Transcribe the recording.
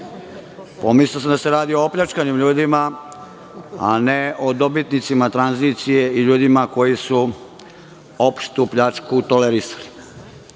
Pomislio sam da se radi o opljačkanim ljudima, a ne o dobitnicima tranzicije i ljudima koji su opštu pljačku